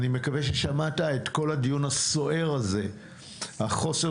אני מקווה ששמעת את כל הדיון הסוער הזה ועל חוסר